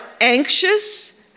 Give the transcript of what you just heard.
anxious